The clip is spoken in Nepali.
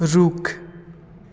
रुख